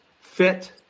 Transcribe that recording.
fit